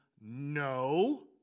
no